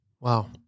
Wow